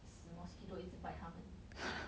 死 mosquito 一直 bite 他们